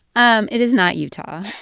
um it is not utah.